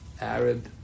Arab